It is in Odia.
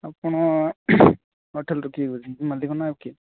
ଆପଣ ହୋଟେଲ୍ରୁ କିଏ କହୁଛନ୍ତି ମାଲିକ ନା ଆଉ କିଏ